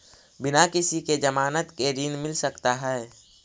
बिना किसी के ज़मानत के ऋण मिल सकता है?